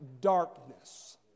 darkness